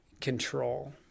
control